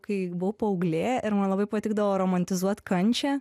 kai buvau paauglė ir man labai patikdavo romantizuot kančią